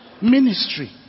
ministry